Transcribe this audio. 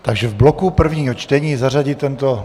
Takže v bloku prvního čtení zařadit tento...